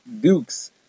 Dukes